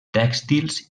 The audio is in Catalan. tèxtils